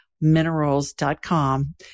Minerals.com